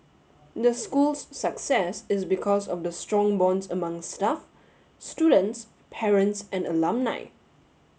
the school's success is because of the strong bonds among staff students parents and alumni